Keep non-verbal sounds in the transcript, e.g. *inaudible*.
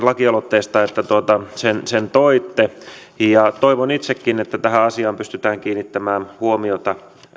*unintelligible* lakialoitteesta että sen toitte ja toivon itsekin että tähän asiaan pystytään kiinnittämään huomiota